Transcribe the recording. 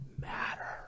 matter